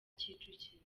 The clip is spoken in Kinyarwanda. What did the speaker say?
kicukiro